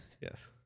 Yes